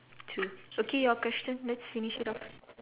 true okay your question let's finish it off